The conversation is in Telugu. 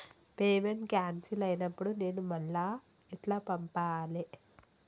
పేమెంట్ క్యాన్సిల్ అయినపుడు నేను మళ్ళా ఎట్ల పంపాలే?